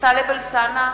טלב אלסאנע,